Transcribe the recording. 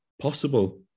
possible